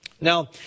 Now